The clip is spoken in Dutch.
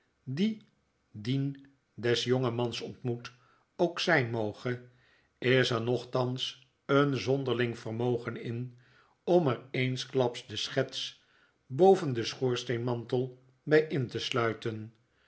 die dien des jonkmans ontmoet ook zijn moge is er nochtans een zonderling vermogen in om er eensklaps de schets boven den schoorsteenmantel by in te sluiten